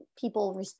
people